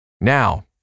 now